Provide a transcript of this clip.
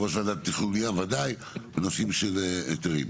ויושב ראש ועדת תכנון ים ודאי, בנושאים של היתרים.